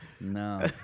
No